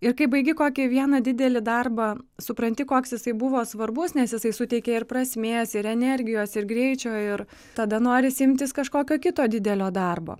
ir kai baigi kokį vieną didelį darbą supranti koks jisai buvo svarbus nes jisai suteikė ir prasmės ir energijos ir greičio ir tada norisi imtis kažkokio kito didelio darbo